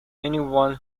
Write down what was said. anyone